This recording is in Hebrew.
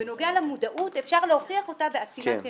בנוגע למודעות, אפשר להוכיח אותה בעצימת עיניים.